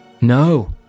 No